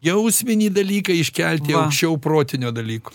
jausminį dalyką iškelti aukščiau protinio dalyko